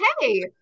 hey